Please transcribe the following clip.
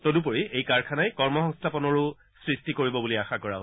তদুপৰি এই কাৰখানাই কৰ্ম সংস্থাপনৰো সৃষ্টি কৰিব বুলি আশা কৰা হৈছে